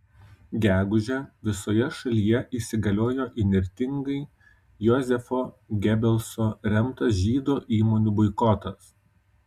gegužę visoje šalyje įsigaliojo įnirtingai jozefo gebelso remtas žydų įmonių boikotas